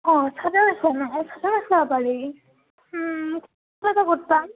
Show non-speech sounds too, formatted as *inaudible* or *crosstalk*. অঁ চাদাৰ আছে নহ্ চাদৰো চাব পাৰি *unintelligible* ক'ত পাম